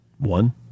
One